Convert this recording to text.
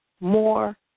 more